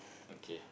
okay